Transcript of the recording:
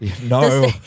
no